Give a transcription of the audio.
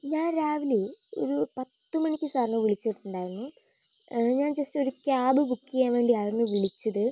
ഞാൻ രാവിലെ ഒരു പത്ത് മണിക്ക് സാറിനെ വിളിച്ചിട്ടുണ്ടായിരുന്നു ഞാൻ ജസ്റ്റൊരു ക്യാബ് ബുക്ക് ചെയ്യാൻ വേണ്ടിയായിരുന്നു വിളിച്ചത്